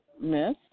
Miss